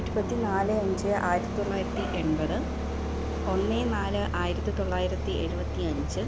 ഇരുപത്തി നാല് അഞ്ച് ആയിരത്തി തൊള്ളായിരത്തി എണ്പത് ഒന്ന് നാല് ആയിരത്തി തൊള്ളായിരത്തി എഴുപത്തി അഞ്ച്